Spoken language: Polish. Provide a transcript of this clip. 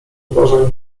uważaj